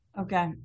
Okay